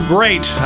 Great